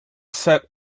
set